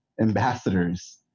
ambassadors